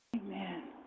Amen